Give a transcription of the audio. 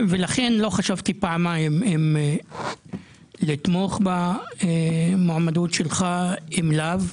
לכן לא חשבתי פעמיים אם לתמוך במועמדות שלך או אם לאו.